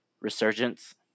resurgence